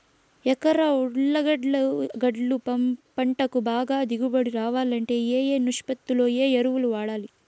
ఎకరా ఉర్లగడ్డలు గడ్డలు పంటకు బాగా దిగుబడి రావాలంటే ఏ ఏ నిష్పత్తిలో ఏ ఎరువులు వాడాలి?